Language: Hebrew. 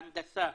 הנדסה,